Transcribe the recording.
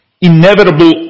inevitable